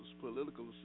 political